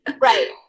right